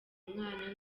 umwana